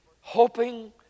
hoping